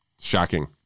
Shocking